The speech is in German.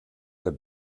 der